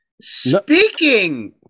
Speaking